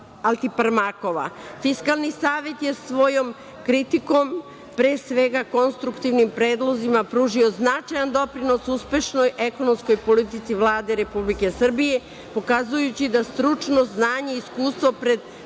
Altiparmakov. Fiskalni savet je svojom kritikom pre svega konstruktivnim predlozima pružio značajan doprinos uspešnoj ekonomskoj politici Vlade Republike Srbije, pokazujući da stručnost, znanje i iskustvo